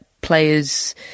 players